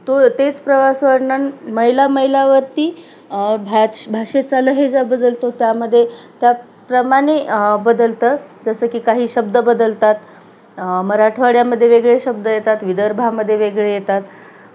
तो तेच प्रवास वर्णन मैला मैलावरती भाचा भाषेचा लहेजा बदलतो त्यामध्ये त्याप्रमाणे बदलतं जसं की काही शब्द बदलतात मराठवाड्यामध्ये वेगळे शब्द येतात विदर्भामध्ये वेगळे येतात